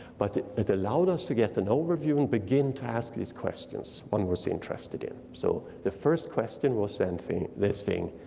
but it it allowed us to get an overview and begin to ask these questions one was interested in. so the first question was and this thing,